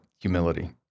humility